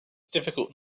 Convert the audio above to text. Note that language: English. difficult